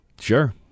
sure